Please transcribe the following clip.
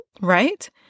right